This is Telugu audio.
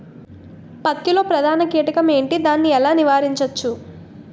పత్తి లో ప్రధాన కీటకం ఎంటి? దాని ఎలా నీవారించచ్చు?